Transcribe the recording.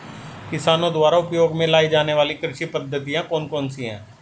किसानों द्वारा उपयोग में लाई जाने वाली कृषि पद्धतियाँ कौन कौन सी हैं?